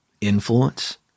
influence